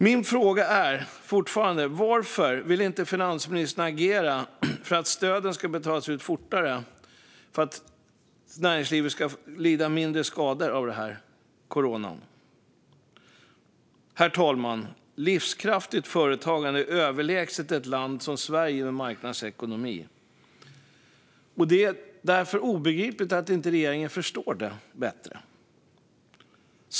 Min fråga är fortfarande: Varför vill inte finansministern agera för att stöden ska betalas ut fortare och för att näringslivet ska lida mindre skada av corona? Herr talman! Livskraftigt företagande är överlägset för ett land som Sverige, som har marknadsekonomi. Det är därför obegripligt att regeringen inte förstår detta bättre.